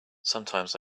sometimes